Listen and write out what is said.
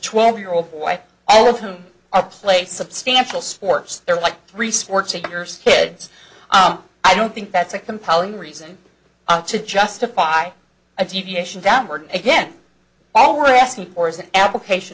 twelve year old boy all of whom are play substantial sports there like three sports figures kids i don't think that's a compelling reason to justify a t v station downward again all were asking for is an application